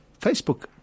Facebook